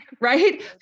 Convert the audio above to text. right